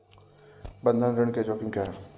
बंधक ऋण के जोखिम क्या हैं?